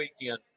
weekend